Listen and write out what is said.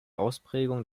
ausprägungen